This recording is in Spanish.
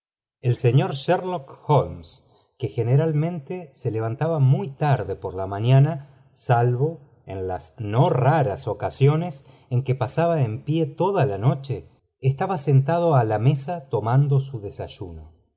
el señor sherlock holmes que generalmente se levantaba muy tarde por la mañana salvo eti sb no raras ocasiones en que pasaba en pie toda la noche estaba sentado á la mesa tomando su desayuno